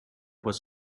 was